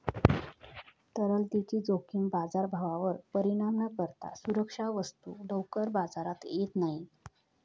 तरलतेची जोखीम बाजारभावावर परिणाम न करता सुरक्षा वस्तू लवकर बाजारात येत नाही